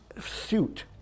suit